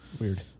Weird